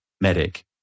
Medic